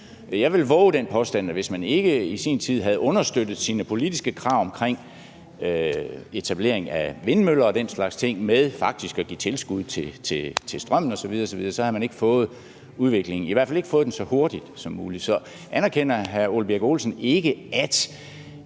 Jeg vil vove den påstand, at hvis ikke man i sin tid havde understøttet sine politiske krav omkring etablering af vindmøller og den slags ting med faktisk at give tilskud til strømmen osv. osv., så havde man ikke fået udviklingen, i hvert fald ikke fået den så hurtigt, som det er sket. Så anerkender hr. Ole Birk Olesen ikke